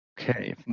okay